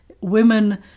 women